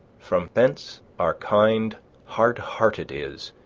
from thence our kind hard-hearted is,